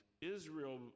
Israel